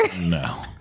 No